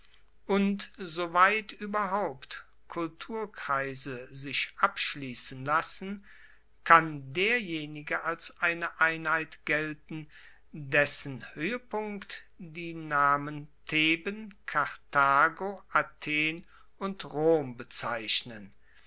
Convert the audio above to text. und soweit ueberhaupt kulturkreise sich abschliessen lassen kann derjenige als eine einheit gelten dessen hoehepunkt die namen theben karthago athen und rom bezeichnen